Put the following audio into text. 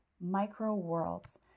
micro-worlds